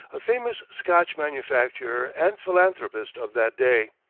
a famous scotch manufacturer and philanthropist of that day.